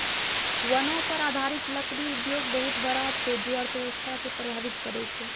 वनो पर आधारित लकड़ी उद्योग बहुत बड़ा छै जे अर्थव्यवस्था के प्रभावित करै छै